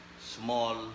small